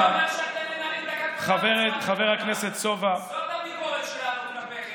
חברת הכנסת יזבק,